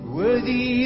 worthy